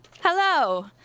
Hello